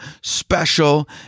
special